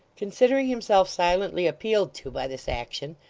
considering himself silently appealed to by this action,